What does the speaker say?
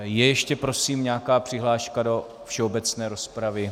Je ještě prosím nějaká přihláška do všeobecné rozpravy?